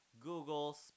Google